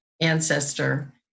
ancestor